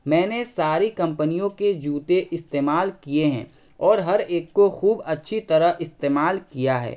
میں نے ساری کمپنیوں کے جوتے استعمال کیے ہیں اور ہر ایک کو خوب اچھی طرح استعمال کیا ہے